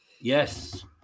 Yes